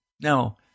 Now